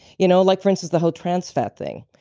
you know, like for instance the whole transfat thing.